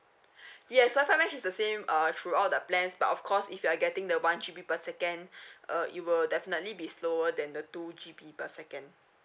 yes wifi mesh is the same uh throughout the plans but of course if you are getting the one G_B per second uh it will definitely be slower than the two G_B per second